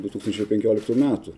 du tūkstančiai penkioliktų metų